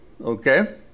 okay